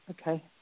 Okay